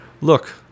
look